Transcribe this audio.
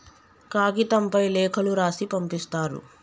కాగితంపై లేఖలు రాసి పంపిస్తారు